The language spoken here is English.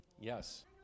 Yes